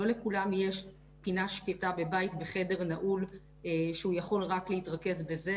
לא לכולם יש פינה שקטה בבית בחדר נעול שהוא יכול רק להתרכז בזה,